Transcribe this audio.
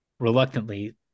reluctantly